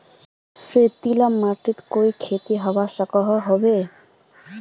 रेतीला माटित कोई खेती होबे सकोहो होबे?